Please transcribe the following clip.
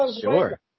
Sure